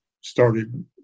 started